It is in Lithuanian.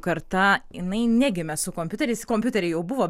karta jinai negimė su kompiuteriais kompiuteriai jau buvo